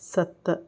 सत